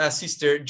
sister